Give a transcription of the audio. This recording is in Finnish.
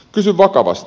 kysyn vakavasti